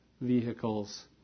vehicles